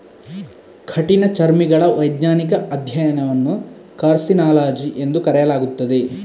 ಕಠಿಣಚರ್ಮಿಗಳ ವೈಜ್ಞಾನಿಕ ಅಧ್ಯಯನವನ್ನು ಕಾರ್ಸಿನಾಲಜಿ ಎಂದು ಕರೆಯಲಾಗುತ್ತದೆ